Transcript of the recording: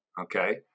Okay